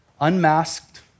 Unmasked